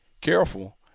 careful